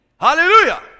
Hallelujah